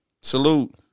Salute